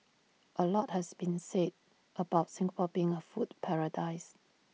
A lot has been said about Singapore being A food paradise